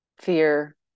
fear